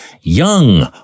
young